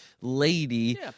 lady